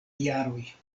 jaroj